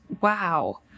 wow